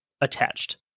attached